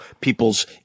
people's